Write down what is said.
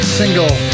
single